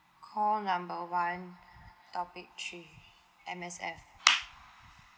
call number one topic three M_S_F